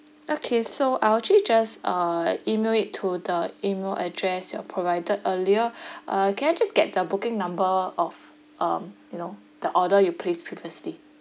okay so I'll actually just uh email it to the email address you provided earlier uh can I just get the booking number of um you know the order you placed previously